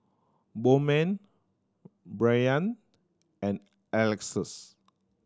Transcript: Bowman Bryant and Alexus